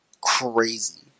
crazy